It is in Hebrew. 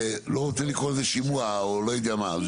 לא רוצה לקרוא לזה שימוע או לא ידוע מה,